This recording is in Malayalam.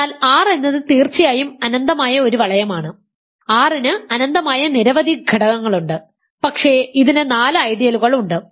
അതിനാൽ R എന്നത് തീർച്ചയായും അനന്തമായ ഒരു വലയമാണ് R ന് അനന്തമായ നിരവധി ഘടകങ്ങളുണ്ട് പക്ഷേ ഇതിന് നാല് ഐഡിയലുകൾ ഉണ്ട്